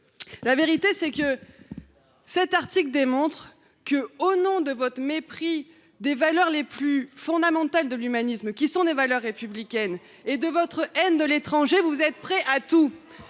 la population. Cet article démontre qu’au nom de votre mépris des valeurs les plus fondamentales de l’humanisme, qui sont des valeurs républicaines, et de votre haine de l’étranger, vous êtes prêts à tout.